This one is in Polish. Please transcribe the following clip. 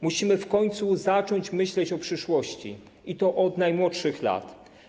Musimy w końcu zacząć myśleć o przyszłości, i to od najmłodszych lat.